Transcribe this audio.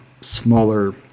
smaller